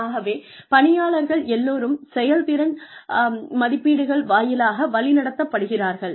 ஆகவே பணியாளர்கள் எல்லோரும் செயல்திறன் மதிப்பீடுகள் வாயிலாக வழிநடத்தப் படுகிறார்கள்